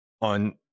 on